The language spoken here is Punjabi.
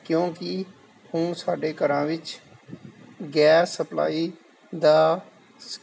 ਕਿਉਂਕਿ ਹੁਣ ਸਾਡੇ ਘਰਾਂ ਵਿੱਚ ਗੈਸ ਸਪਲਾਈ ਦਾ